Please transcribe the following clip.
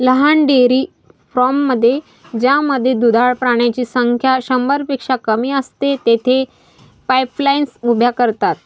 लहान डेअरी फार्ममध्ये ज्यामध्ये दुधाळ प्राण्यांची संख्या शंभरपेक्षा कमी असते, तेथे पाईपलाईन्स उभ्या करतात